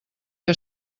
que